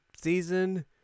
season